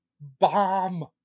bomb